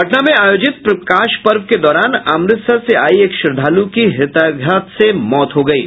पटना में आयोजित प्रकाश पर्व के दौरान अमृतसर से आयी एक श्रद्धालू की हृदयाघात से मौत हो गयी